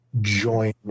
join